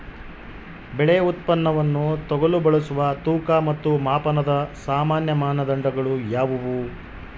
ಬೆಳೆ ಉತ್ಪನ್ನವನ್ನು ತೂಗಲು ಬಳಸುವ ತೂಕ ಮತ್ತು ಮಾಪನದ ಸಾಮಾನ್ಯ ಮಾನದಂಡಗಳು ಯಾವುವು?